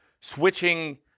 switching